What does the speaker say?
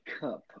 cup